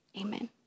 amen